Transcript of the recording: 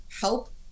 help